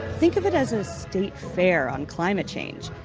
think of it as a state fair on climate change.